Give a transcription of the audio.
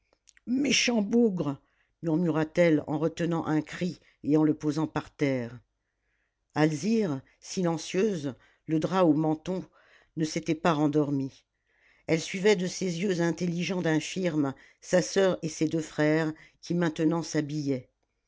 méchant bougre murmura-t-elle en retenant un cri et en le posant par terre alzire silencieuse le drap au menton ne s'était pas rendormie elle suivait de ses yeux intelligents d'infirme sa soeur et ses deux frères qui maintenant s'habillaient